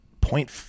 point –